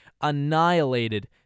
annihilated